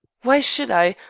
why should i?